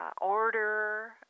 order